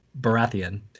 Baratheon